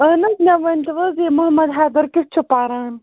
اہن حظ مےٚ ؤنتو حظ یہِ محمد حیدر کیُتھ چھُ پران